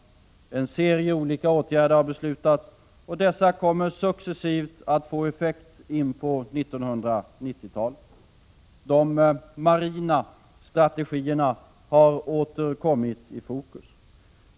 En — 1 juni 1987 serie olika åtgärder har beslutats, och dessa kommer successivt att få effekt in TOR NOrNRRNRE på 1990-talet. otalförsvarets fort De marina strategierna har åter kommit i fokus.